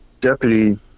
deputy